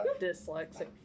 dyslexic